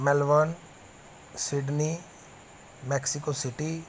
Melbourne Sydney Mexico city